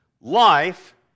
Life